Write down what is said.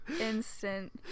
instant